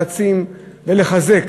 להעצים ולחזק